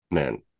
man